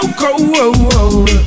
cold